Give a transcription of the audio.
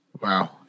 Wow